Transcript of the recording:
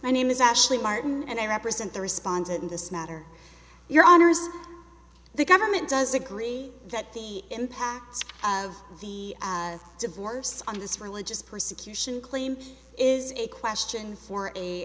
my name is ashley martin and i represent the respondent in this matter your honour's the government does agree that the impact of the divorce on this religious persecution claim is a question for a